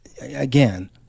Again